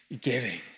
giving